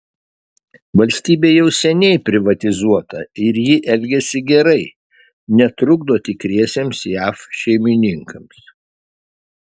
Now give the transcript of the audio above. valstybė jau seniai privatizuota ir ji elgiasi gerai netrukdo tikriesiems jav šeimininkams